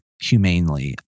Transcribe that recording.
humanely